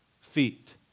feet